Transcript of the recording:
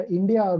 India